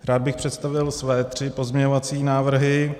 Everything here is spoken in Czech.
Rád bych představil své tři pozměňovací návrhy.